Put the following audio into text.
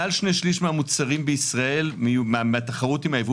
מעל שני שליש מהמוצרים בישראל שהם בתחרות עם הייבוא